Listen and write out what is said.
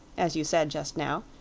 as you said just now,